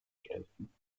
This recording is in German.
gelten